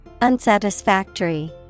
Unsatisfactory